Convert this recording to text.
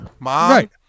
right